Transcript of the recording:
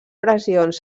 pressions